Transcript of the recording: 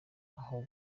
aho